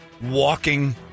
walking